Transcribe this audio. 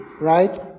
right